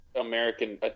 American